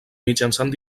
mitjançant